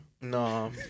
No